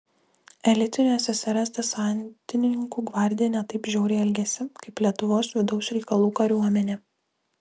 elitinių ssrs desantininkų gvardija ne taip žiauriai elgėsi kaip lietuvos vidaus reikalų kariuomenė